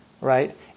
right